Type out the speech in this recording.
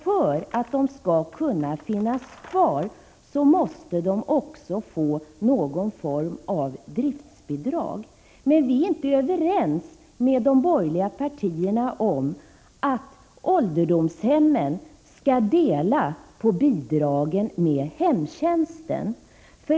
För att detta skall vara möjligt måste de få någon form av driftsbidrag. Men vi är inte överens med de borgerliga partierna om att ålderdomshemmen skall dela på bidragen med hemtjänsten.